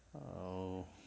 ଆଉ